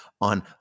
on